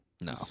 No